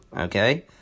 Okay